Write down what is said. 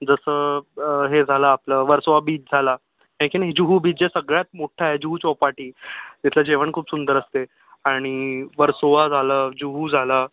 जसं हे झालं आपलं वर्सोवा बीच झाला आहे की नाही जुहू बीच जे सगळ्यात मोठं आहे जुहू चौपाटी तिथलं जेवण खूप सुंदर असते आणि वर्सोवा झालं जुहू झालं